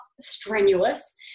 strenuous